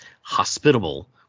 hospitable